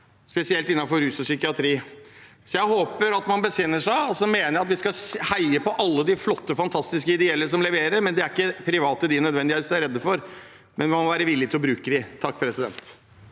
spesielt innenfor rus og psykiatri. Jeg håper at man besinner seg, og så mener jeg at vi skal heie på alle de flotte, fantastiske ideelle aktørene som leverer. Det er ikke private de nødvendigvis er redd for, men man må være villig til å bruke dem. Seher